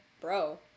bro